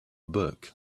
book